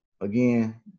again